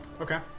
Okay